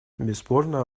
бесспорно